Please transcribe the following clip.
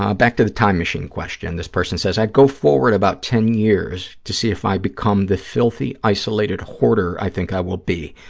ah back to the time machine question. this person says, i'd go forward about ten years to see if i become the filthy, isolated hoarder i think i will be.